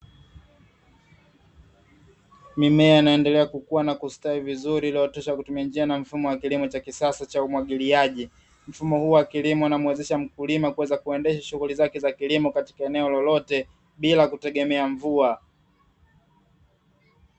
Mimea inayoendelea kukua na kustawi vizuri iliyooteshwa kwa kutumia njia na mfumo wa kilimo cha kisasa cha umwagiliaji. Mfumo huu wa kilimo unamuwezesha mkulima kuweza kuendesha shughuli zake za kilimo katika eneo lolote, bila kutegemea mvua.